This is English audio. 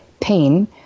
pain